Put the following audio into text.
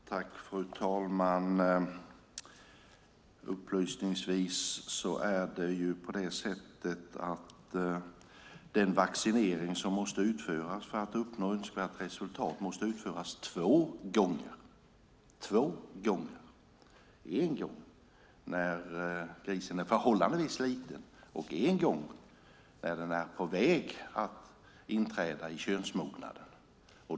Fru talman! Upplysningsvis måste vaccineringen för att uppnå önskvärt resultat utföras två gånger, en gång när grisen är förhållandevis liten och ytterligare en gång när den är på väg att inträda i könsmognad.